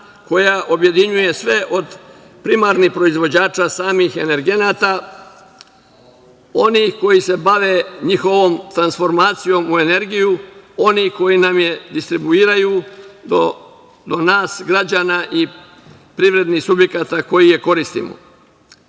koja objedinjuje sve od primarnih proizvođača samih energenata, onih koji se bave njihovom transformacijom u energiju, onih koji distribuiraju do nas građana i privrednih subjekata koji je koristimo. Paket